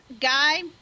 guy